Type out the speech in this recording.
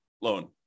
loan